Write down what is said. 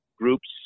groups